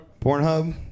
Pornhub